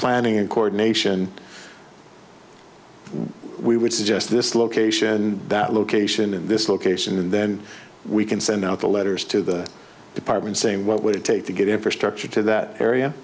planning and coordination we would suggest this location that location and this location and then we can send out the letters to the department saying what would it take to get infrastructure to that area